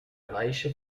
reiche